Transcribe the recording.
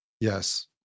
Yes